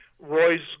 Roy's